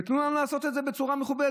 ותנו לנו לעשות את זה בצורה מכובדת,